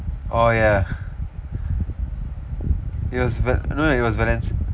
oh ya it was but no no it was balance